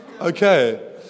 okay